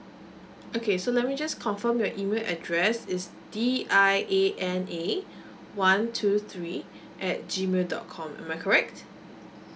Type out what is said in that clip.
okay so let me just confirm your E mail address it's D I A N A one two three at G mail dot com am I correct